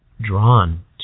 drawn